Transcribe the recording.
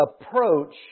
approach